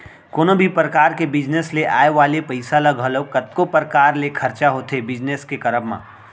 कोनो भी परकार के बिजनेस ले आय वाले पइसा ह घलौ कतको परकार ले खरचा होथे बिजनेस के करब म